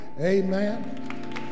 Amen